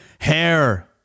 Hair